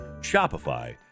Shopify